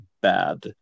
bad